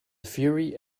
fury